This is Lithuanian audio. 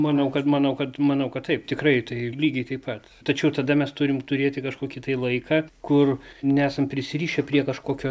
manau kad manau kad manau kad taip tikrai tai lygiai taip pat tačiau tada mes turim turėt kažkokį tai laiką kur nesam prisirišę prie kažkokio